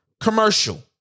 commercial